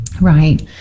Right